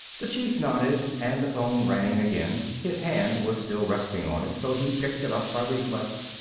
the chief nodded and the phone rang again. his hand was still resting on it so he picked it up by reflex.